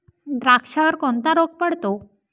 द्राक्षावर कोणता रोग पडतो?